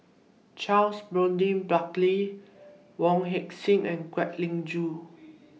Charles Burton Buckley Wong Heck Sing and Kwek Leng Joo